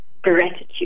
gratitude